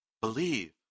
believe